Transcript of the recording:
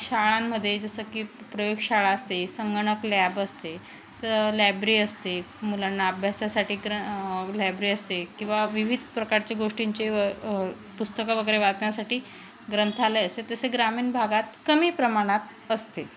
शाळांमध्ये जसं की प्र प्रयोग शाळा असते संगणक लॅब असते लायब्री असते मुलांना अभ्यासासाठी ग्र लायब्री असते किंवा विविध प्रकारच्या गोष्टींचे पुस्तकं वगैरे वाचण्यासाठी ग्रंथालय असते तसे ग्रामीण भागात कमी प्रमाणात असते